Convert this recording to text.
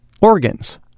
Organs